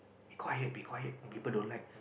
be quiet be quiet people don't like